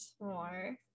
more